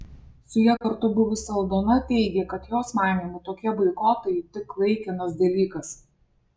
su ja kartu buvusi aldona teigė kad jos manymu tokie boikotai tik laikinas dalykas